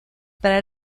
para